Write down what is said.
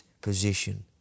position